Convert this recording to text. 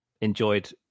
enjoyed